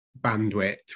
bandwidth